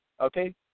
okay